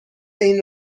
این